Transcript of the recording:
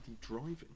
driving